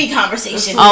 conversation